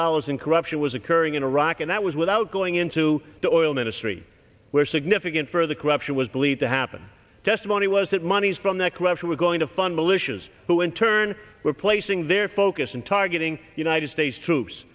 dollars in corruption was occurring in iraq and that was without going into the oil ministry where significant for the corruption was believed to happen testimony was that monies from that collection were going to fund militias who in turn were placing their focus in targeting united states troops